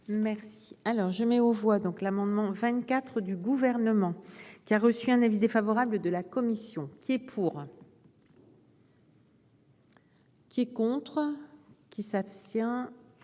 Merci alors je mets aux voix donc l'amendement 24 du gouvernement qui a reçu un avis défavorable de la commission qui est pour. Qui est contre. Qui s'abstient.